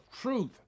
truth